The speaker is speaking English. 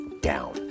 down